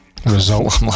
result